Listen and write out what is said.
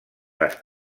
les